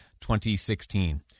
2016